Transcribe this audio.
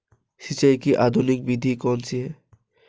सिंचाई की आधुनिक विधि कौनसी हैं?